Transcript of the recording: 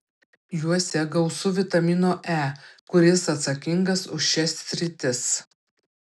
juose gausu vitamino e kuris atsakingas už šias sritis